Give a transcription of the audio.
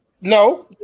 No